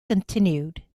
continued